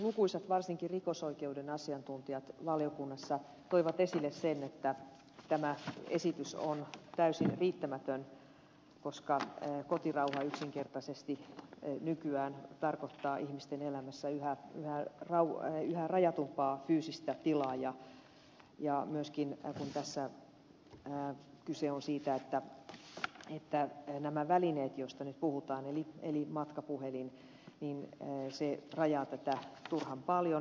lukuisat varsinkin rikosoikeuden asiantuntijat valiokunnassa toivat esille sen että tämä esitys on täysin riittämätön koska kotirauha yksinkertaisesti nykyään tarkoittaa ihmisten elämässä yhä rajatumpaa fyysistä tilaa ja myöskin koska tässä kyse on siitä että tämä väline josta nyt puhutaan eli matkapuhelin rajaa tätä turhan paljon